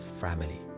family